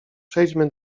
przejdźmy